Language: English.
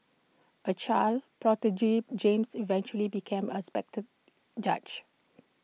A child prodigy James eventually became aspected judge